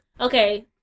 okay